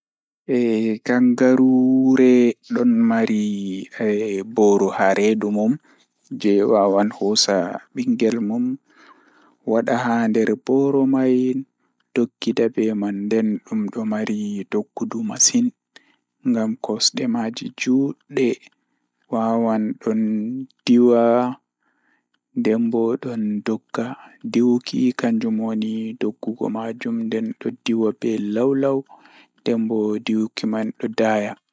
Kangarooji ɓe njifti ko tawii e hoore mum ko ɓe njangol njiyam. ɓe waawi njifti ɓe njangol njeldu ɗum waawti njiyam, kadi ɓe njangol waawti sa'a, njangol kaɓe jooɗi fi ngoodi. ɓe waawi ngoodi fi fiye tawii ɓe njifti ngal